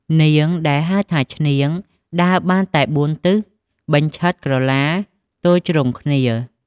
នាង ដែលហៅថាឈ្នាង ដើរបានតែ ៤ទិសបញ្ឆិត ក្រឡាទល់ជ្រុងគ្នា។